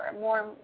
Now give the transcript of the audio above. more